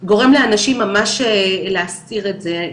גורם לאנשים ממש להסתיר את זה,